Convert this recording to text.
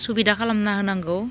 सुबिदा खालामना होनांगौ